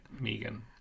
Megan